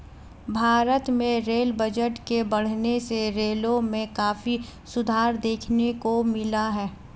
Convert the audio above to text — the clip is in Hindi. भारत में रेल बजट के बढ़ने से रेलों में काफी सुधार देखने को मिला है